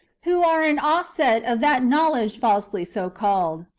who are an offset of that knowledge falsely so called,